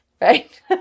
right